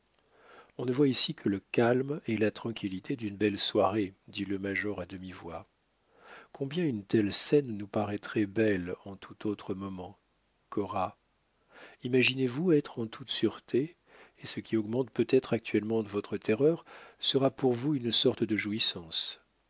on ne voit ici que le calme et la tranquillité d'une belle soirée dit le major à demi-voix combien une telle scène nous paraîtrait belle en tout autre moment cora imaginez-vous être en toute sûreté et ce qui augmente peut-être actuellement votre terreur sera pour vous une sorte de jouissance